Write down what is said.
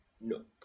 Nook